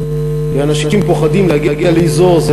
כי אנשים פוחדים להגיע לאזור הזה,